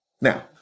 Now